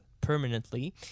permanently